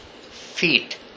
feet